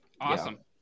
awesome